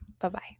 Bye-bye